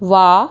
वाह